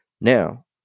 Now